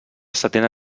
setena